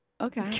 Okay